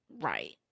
Right